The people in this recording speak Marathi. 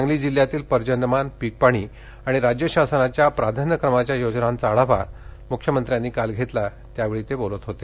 सांगली जिल्ह्यातील पर्जन्यमान पीकपाणी आणि राज्य शासनाच्या प्राधान्य क्रमाच्या योजनांचा आढावा मुख्यमंत्री फडणवीस यांनी काल घेतला त्यावेळी ते बोलत होते